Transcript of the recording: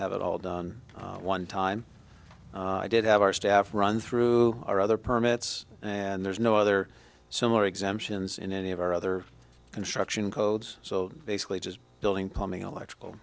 have it all done one time i did have our staff run through our other permits and there's no other similar exemptions in any of our other construction codes so basically just building plumbing electrical